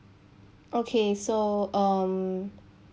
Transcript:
okay so um